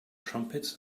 trumpets